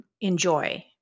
enjoy